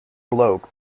bloke